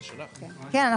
כן.